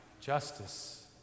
Justice